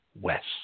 west